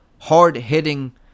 hard-hitting